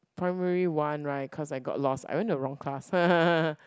primary one right cause I got lost I went to the wrong class